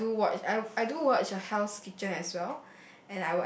well I do watch I I do watch the Hell's Kitchen as well